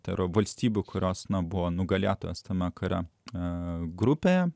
tai yra valstybių kurios na buvo nugalėtos tame kare a grupėje